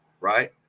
right